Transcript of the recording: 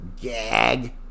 Gag